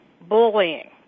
bullying